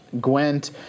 Gwent